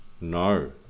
No